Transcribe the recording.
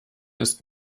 ist